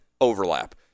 overlap